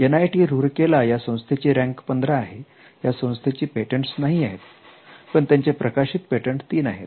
NIT Rourkela या संस्थेची rank 15 आहे या संस्थेची पेटंटस नाही आहेत पण त्यांचे प्रकाशित पेटंट 03 आहेत